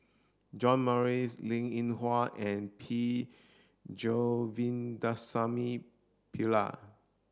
John Morrice Linn In Hua and P Govindasamy Pillai